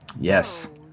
Yes